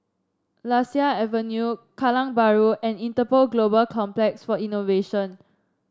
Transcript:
Lasia Avenue Kallang Bahru and Interpol Global Complex for Innovation